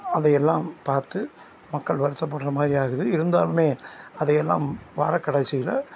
அதையெல்லாம் பார்த்து மக்கள் வருத்தப்படுற மாதிரி ஆகுது இருந்தாலும் அதையெல்லாம் வாரக்கடைசியில்